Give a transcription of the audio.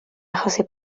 achosi